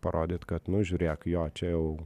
parodyt kad nu žiūrėk jo čia jau